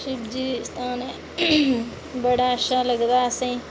शिवजी दा स्थान ऐ बड़ा अच्छा लगदा असें ई